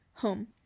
home